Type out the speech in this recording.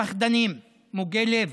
שוטרים פחדנים, מוגי לב.